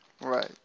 Right